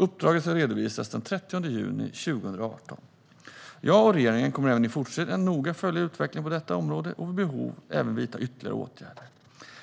Uppdraget ska redovisas senast den 30 juni 2018. Jag och regeringen kommer även i fortsättningen att noga följa utvecklingen på detta område och vid behov även vidta ytterligare åtgärder.